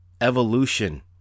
Evolution